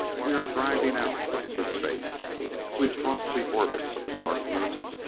we are driving out into space we've crossed the orbit of the dark moon,